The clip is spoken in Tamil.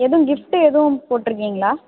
எதுவும் கிஃப்ட்டு எதுவும் போட்டிருக்கிங்களா